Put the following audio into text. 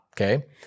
Okay